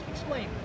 Explain